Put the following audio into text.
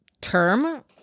term